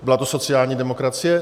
Byla to sociální demokracie?